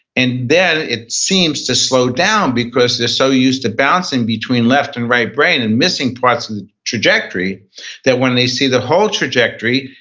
and then it seems to slow down because they're so used to bouncing between left and right brain and missing parts of the trajectory that when they see the whole trajectory,